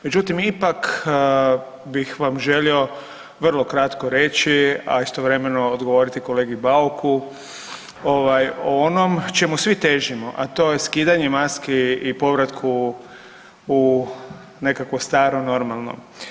Međutim, ipak bih vam želio vrlo kratko reći, a istovremeno odgovoriti kolegi Bauku ovaj o onom čemu svi težimo, a to je skidanje maski i povratku u nekakvo staro normalno.